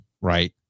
right